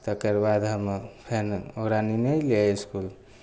तकरबाद हम फेन ओकरा नेने अयलियै इसकुल